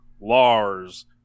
Lars